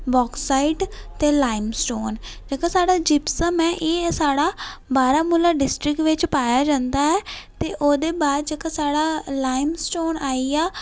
bauxite ते limestone जेह्का साढ़ा जिप्सम ऐ एह् साढ़ा बारामुला डिस्टिक बिच पाया जंदा ऐ ते ओह्दे बाद जेह्का साढ़ा लाइमस्टोन आई आ